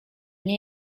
nie